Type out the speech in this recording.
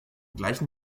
gleichen